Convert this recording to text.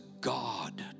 God